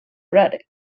product